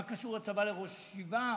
מה קשור הצבא לראש ישיבה?